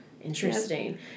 Interesting